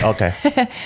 Okay